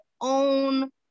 own